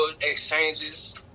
exchanges